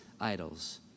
idols